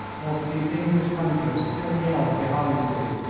whilst these english hunters still yelled behind me,